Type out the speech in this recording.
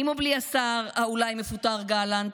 עם או בלי השר, המפוטר אולי, גלנט?